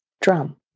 drum